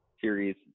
series